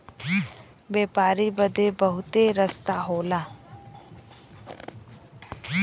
व्यापारी बदे बहुते रस्ता होला